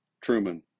Truman